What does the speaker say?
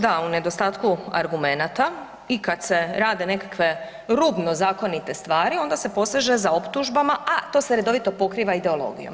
Da, u nedostatku argumenata i kad se rade nekakve rubno zakonite stvari, onda se poseže za optužbama, a to se redovito pokriva ideologijom.